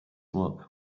luck